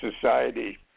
society